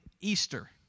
Easter